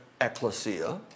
ecclesia